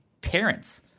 parents